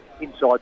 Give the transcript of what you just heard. Inside